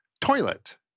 toilet